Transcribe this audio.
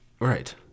Right